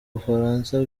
bufaransa